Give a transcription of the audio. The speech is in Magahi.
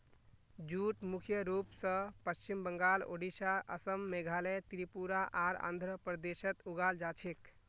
जूट मुख्य रूप स पश्चिम बंगाल, ओडिशा, असम, मेघालय, त्रिपुरा आर आंध्र प्रदेशत उगाल जा छेक